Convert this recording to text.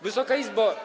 Wysoka Izbo!